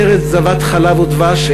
ארץ זבת חלב ודבש,